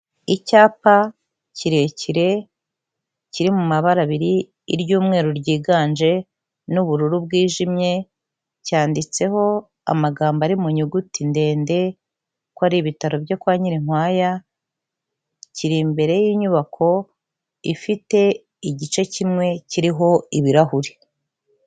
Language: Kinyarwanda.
Icyapa kirekire kiri mu mabara abiri iry'umweru ryiganje n'ubururu bwijimye, cyanditseho amagambo ari mu nyuguti ndende ko ari ibitaro byo kwa Nyirinkwaya. Kiri imbere y'inyubako ifite igice kimwe kiriho ibirahuri.